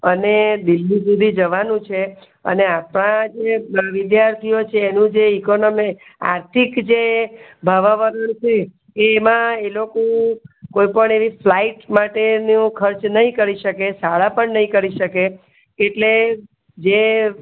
અને દિલ્હી સુધી જવાનું છે અને આપણાં જે વિદ્યાર્થીઓ છે એનું જે ઇકોનોમી આર્થિક જે ભાવાવરણ છે એમાં એ લોકો કોઈ પણ એવી ફ્લાઇટ માટેનો ખર્ચ નહીં કરી શકે શાળા પણ નહીં કરી શકે એટલે જે